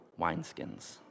wineskins